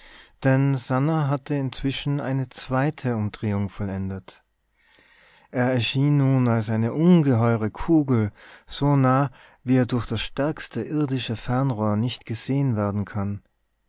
denn sannah hatte inzwischen eine zweite umdrehung vollendet er erschien nun als eine ungeheure kugel so nah wie er durch das stärkste irdische fernrohr nicht gesehen werden kann